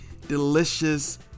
delicious